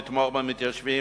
לתמוך במתיישבים,